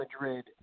Madrid